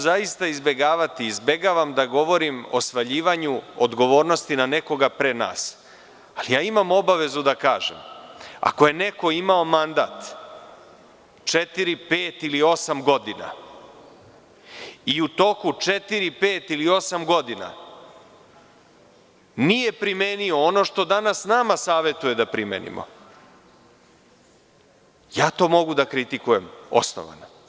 Zaista ću izbegavati, izbegavam da govorim o svaljivanju odgovornosti na nekoga pre nas, ali ja imam obavezu da kažem, ako je neko imao mandat, četiri, pet ili osam godina, i u toku četiri, pet ili osam godina, nije primenio ono što danas nama savetuje da primenimo, ja to mogu da kritikujem, osnovano.